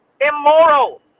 immoral